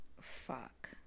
fuck